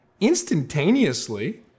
instantaneously